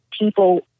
people